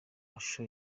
amashusho